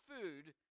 food